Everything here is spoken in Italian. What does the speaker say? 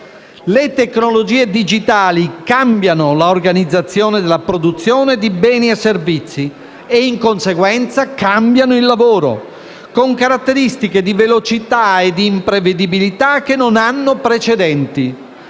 Le tecnologie digitali cambiano l'organizzazione della produzione di beni e servizi e, in conseguenza, cambiano il lavoro con caratteristiche di velocità e di imprevedibilità che non hanno precedenti.